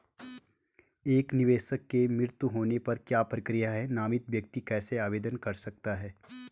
एक निवेशक के मृत्यु होने पर क्या प्रक्रिया है नामित व्यक्ति कैसे आवेदन कर सकता है?